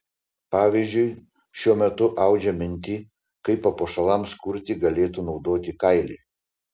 pavyzdžiui šiuo metu audžia mintį kaip papuošalams kurti galėtų naudoti kailį